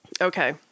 Okay